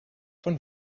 von